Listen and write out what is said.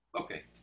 okay